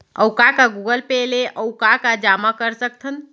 अऊ का का गूगल पे ले अऊ का का जामा कर सकथन?